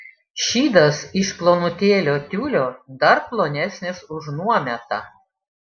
šydas iš plonutėlio tiulio dar plonesnis už nuometą